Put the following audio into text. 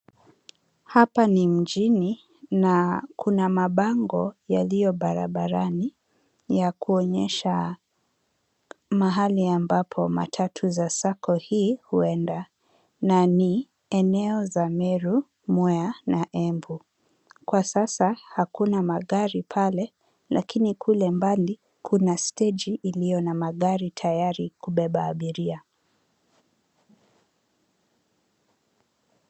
Hapa ni mjini nakunamabango yaliyo barabarani ya kuonyesha mahali ambapo matatu za sako hii huenda. Na ni eneo za Meru, Mwea na Embu. Kwa sasa hakuna magari pale lakini kule mbali kuna steji iliona magari tayari kubeba abiria.